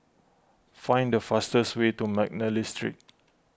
find the fastest way to McNally Street